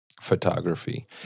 photography